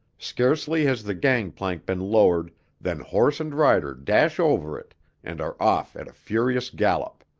scarcely has the gang plank been lowered than horse and rider dash over it and are off at a furious gallop.